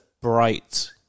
bright